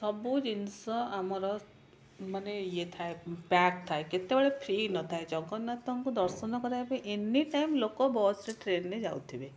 ସବୁ ଜିନିଷ ଆମର ମାନେ ଇଏ ଥାଏ ପ୍ୟାକ୍ ଥାଏ କେତେବେଳେ ଫ୍ରି ନଥାଏ ଜଗନ୍ନାଥଙ୍କୁ ଦର୍ଶନ କରିବା ପାଇଁ ଏନିଟାଇମ୍ ଲୋକ ବସରେ ଟ୍ରେନରେ ଯାଉଥିବେ